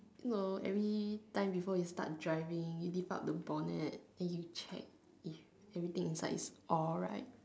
no everytime before you start driving you lift up the bonnet then you check if everything inside is alright